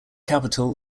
capital